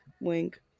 wink